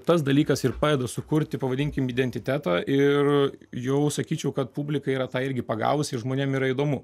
tas dalykas ir padeda sukurti pavadinkim identitetą ir jau sakyčiau kad publika yra tą irgi pagavusi ir žmonėm yra įdomu